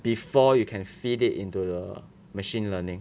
before you can feed it into the machine learning